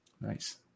Nice